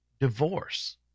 divorce